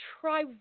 try